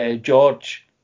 George